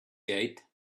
gate